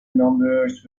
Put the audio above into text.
numbers